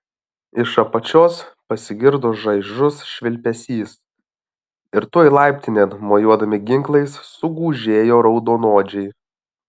iš apačios pasigirdo šaižus švilpesys ir tuoj laiptinėn mojuodami ginklais sugužėjo raudonodžiai